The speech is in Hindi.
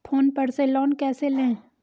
फोन पर से लोन कैसे लें?